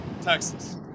Texas